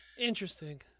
Interesting